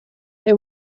they